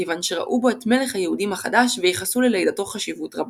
כיוון שראו בו את מלך היהודים החדש וייחסו ללידתו חשיבות רבה.